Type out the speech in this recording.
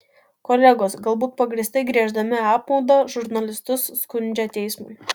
kolegos galbūt pagrįstai gieždami apmaudą žurnalistus skundžia teismui